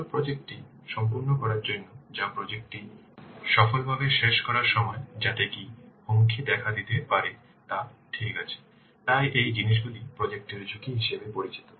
সফল প্রজেক্ট টি সম্পূর্ণ করার জন্য বা প্রজেক্ট টি সফলভাবে শেষ করার সময় যাতে কী হুমকি দেখা দিতে পারে তা ঠিক আছে তাই এই জিনিসগুলি প্রজেক্ট এর ঝুঁকি হিসাবে পরিচিত